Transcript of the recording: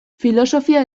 filosofia